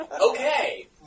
Okay